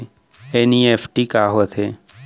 NEFT का होथे?